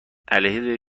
علیه